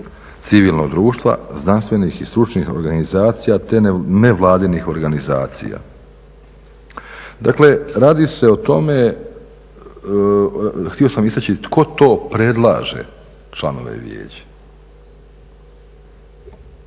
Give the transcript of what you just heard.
civilnog društva, znanstvenih i stručnih organizacija, te nevladinih organizacija. Dakle, radi se o tome, htio sam istači tko to predlaže članove vijeća,